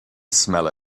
smell